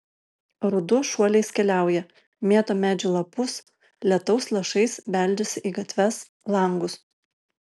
ruduo šuoliais keliauja mėto medžių lapus lietaus lašais beldžiasi į gatves langus